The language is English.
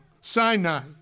Sinai